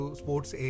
sports